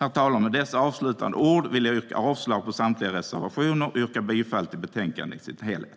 Herr talman! Med dessa avslutande ord vill jag yrka avslag på samtliga reservationer och yrka bifall till förslaget i dess helhet.